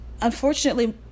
unfortunately